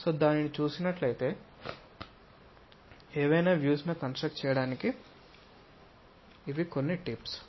so దానిని చూసినట్లయితే ఏవైనా వ్యూస్ ను కన్స్ట్రక్ట్ చేయడానికి ఇవి కొన్ని టిప్స్